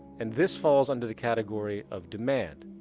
and this falls under the category of demand.